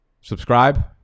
Subscribe